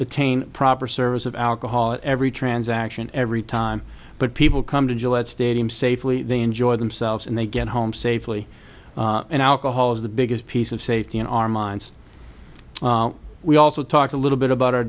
attain proper service of alcohol every transaction every time but people come to gillette stadium safely they enjoy themselves and they get home safely and alcohol is the biggest piece of safety in our minds we also talked a little bit